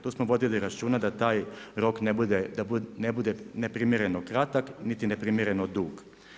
Tu smo vodili računa da taj rok ne bude neprimjereno kratak, niti neprimjereno dug.